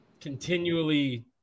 continually